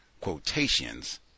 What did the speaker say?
quotations